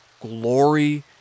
Glory